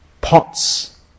Pots